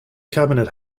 cabinet